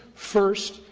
first,